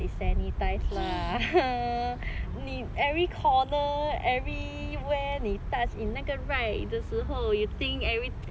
你 every corner everywhere 你 touch in 那个 ride 的时候 you think every everywhere 真的有 sanitize meh